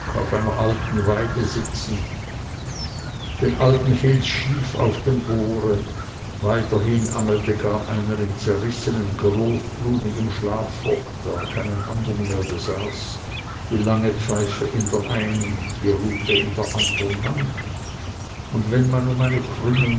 auf einer alten weide stehend den alten filz schlief auf dem ohre weiterhin angelte gar einer im zerrissenen großblumigen schlafrock da er keinen andern mehr besaß die lange pfeife in der einen die rute in der anderen hand und wenn man um eine krümmung